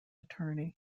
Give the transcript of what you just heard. attorney